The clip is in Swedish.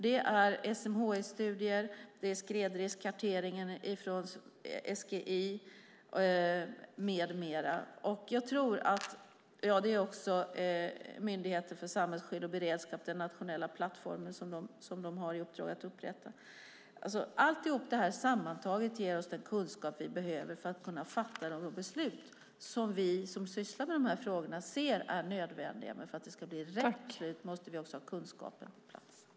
Det är SMHI-studier, skredriskkarteringen från SGI och den nationella plattform som Myndigheten för samhällsskydd och beredskap har i uppdrag att upprätta. Allt detta sammantaget ger oss den kunskap vi behöver för att kunna fatta de beslut som vi som sysslar med dessa frågor ser är nödvändiga. Men för att det ska bli rätt beslut måste vi också ha kunskapen på plats.